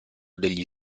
degli